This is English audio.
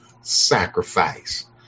sacrifice